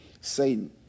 Satan